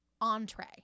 entree